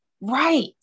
right